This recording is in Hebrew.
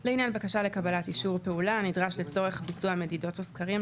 לעניין בקשה לקבלת אישור פעולה הנדרש לצורך ביצוע מדידות או סקרים,